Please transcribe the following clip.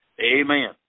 amen